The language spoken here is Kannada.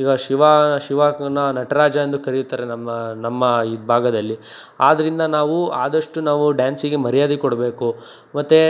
ಈಗ ಶಿವ ಶಿವನ ನಟರಾಜ ಎಂದು ಕರೆಯುತ್ತಾರೆ ನಮ್ಮ ನಮ್ಮ ಈ ಭಾಗದಲ್ಲಿ ಆದ್ದರಿಂದ ನಾವು ಆದಷ್ಟು ನಾವು ಡ್ಯಾನ್ಸಿಗೆ ಮರ್ಯಾದೆ ಕೊಡಬೇಕು ಮತ್ತು